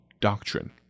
doctrine